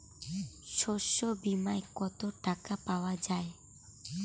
শস্য বিমায় কত টাকা পাওয়া যায়?